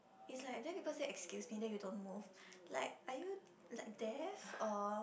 it's like when people say excuse me then you don't move like are you like deaf or